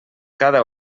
cada